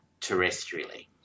terrestrially